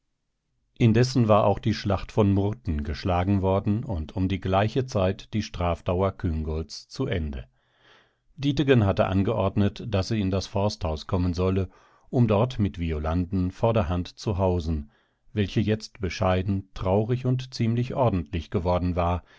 indessen war auch die schlacht von murten geschlagen worden und um die gleiche zeit die strafdauer küngolts zu ende dietegen hatte angeordnet daß sie in das forsthaus kommen solle um dort mit violanden vorderhand zu hausen welche jetzt bescheiden traurig und ziemlich ordentlich geworden war